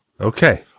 Okay